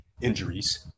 injuries